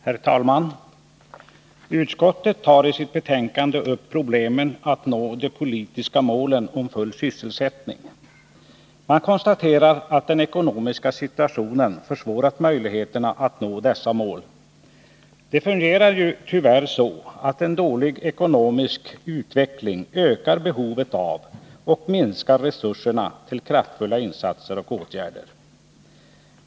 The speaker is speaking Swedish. Herr talman! Utskottet tar i sitt betänkande upp problemen med att nå de politiska målen när det gäller full sysselsättning. Man konstaterar att den ekonomiska situationen försvårat möjligheterna att nå dessa mål. Det fungerar ju tyvärr så att en dålig ekonomisk utveckling ökar behovet av och minskar resurserna till kraftfulla insatser och åtgärder.